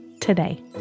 today